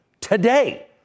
today